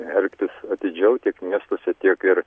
elgtis atidžiau tiek miestuose tiek ir